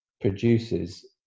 produces